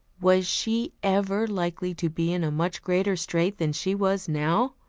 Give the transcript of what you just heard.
was she ever likely to be in a much greater strait than she was now?